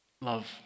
love